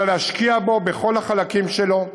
אלא להשקיע בו, בכל החלקים שלו.